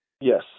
Yes